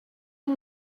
amb